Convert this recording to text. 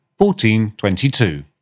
1422